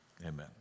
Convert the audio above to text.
amen